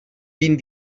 vint